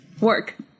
Work